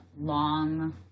long